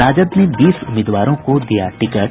राजद ने बीस उम्मीदवारों को दिया टिकट